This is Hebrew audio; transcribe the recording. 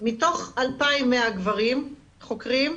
מתוך 2,100 גברים חוקרים,